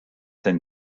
denn